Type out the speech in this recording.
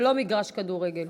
זה לא מגרש כדורגל.